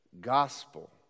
gospel